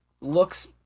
looks